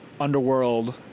underworld